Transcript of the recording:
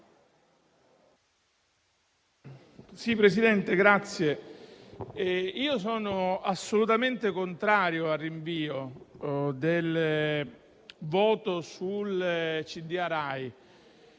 sono assolutamente contrario al rinvio del voto sul consiglio